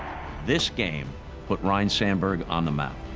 this game put ryne sandberg on the map.